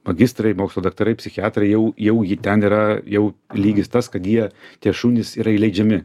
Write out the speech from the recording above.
magistrai mokslų daktarai psichiatrai jau jau ji ten yra jau lygis tas kad jie tie šunys yra įleidžiami